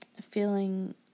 feeling